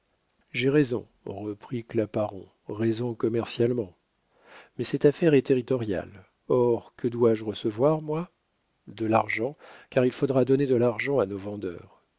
j'ai raison reprit claparon raison commercialement mais cette affaire est territoriale or que dois-je recevoir moi de l'argent car il faudra donner de l'argent à nos vendeurs